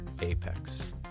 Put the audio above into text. Apex